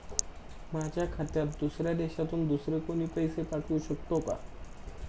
माझ्या खात्यात दुसऱ्या देशातून दुसरे कोणी पैसे पाठवू शकतो का?